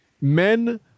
Men